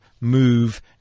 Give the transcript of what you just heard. move